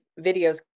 videos